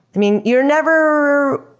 i mean, you're never